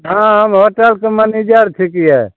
हँ हम होटलके मनेजर छिकिए